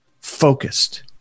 focused